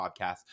podcast